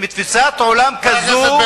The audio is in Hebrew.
שמתפיסת עולם כזאת,